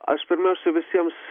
aš pirmiausia visiems